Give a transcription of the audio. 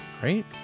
Great